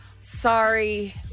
Sorry